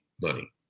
money